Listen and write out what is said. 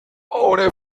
ohne